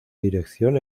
dirección